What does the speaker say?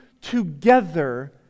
together